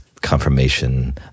confirmation